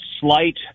slight